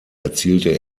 erzielte